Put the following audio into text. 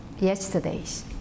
yesterdays